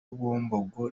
bumbogo